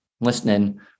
listening